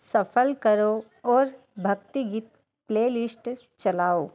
shuffle करो और भक्ति गीत प्लेलिस्ट चलाओ